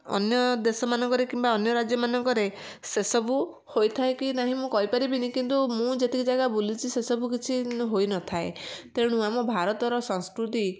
ଅନ୍ୟ ଦେଶ ମାନଙ୍କରେ କିମ୍ବା ଅନ୍ୟ ରାଜ୍ୟ ମାନଙ୍କରେ ସେସବୁ ହୋଇଥାଏ କି ନାହିଁ ମୁଁ କହିପାରିବିନି କିନ୍ତୁ ମୁଁ ଯେତିକି ଜାଗା ବୁଲିଛି ସେସବୁ କିଛି ହୋଇନଥାଏ ତେଣୁ ଆମ ଭାରତର ସଂସ୍କୃତି